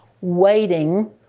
waiting